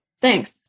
Thanks